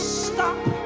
stop